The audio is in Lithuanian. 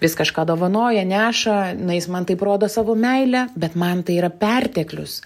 vis kažką dovanoja neša na jis man taip rodo savo meilę bet man tai yra perteklius